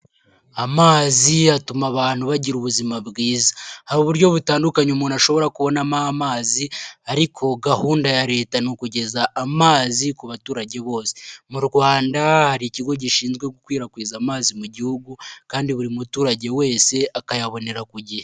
Amazi atuma abantu bagira ubuzima bwiza, hari uburyo butandukanye umuntu ashobora kubonamo amazi, ariko gahunda ya leta ni ukugeza amazi ku baturage bose, mu Rwanda hari ikigo gishinzwe gukwirakwiza amazi mu gihugu kandi buri muturage wese akayabonera ku gihe.